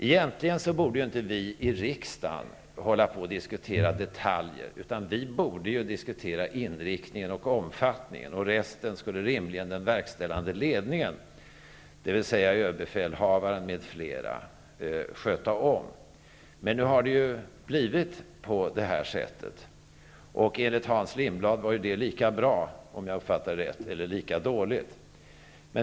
Egentligen borde inte vi i riksdagen hålla på att diskutera detaljer. Vi borde diskutera inriktningen och omfattningen. Resten skulle rimligen den verkställande ledningen, dvs. överbefälhavaren m.fl., sköta om. Men nu har det ju blivit på detta sätt. Enligt Hans Lindblad, om jag uppfattade honom rätt, var det lika bra, eller lika dåligt.